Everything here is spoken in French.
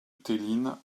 theline